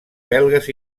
belgues